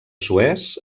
suez